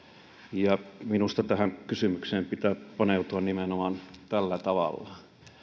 ja minusta tähän kysymykseen pitää paneutua nimenomaan tällä tavalla